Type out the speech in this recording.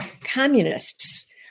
communists